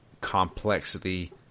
complexity